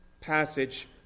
passage